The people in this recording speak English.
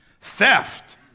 theft